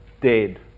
dead